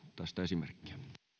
tästä esimerkkiä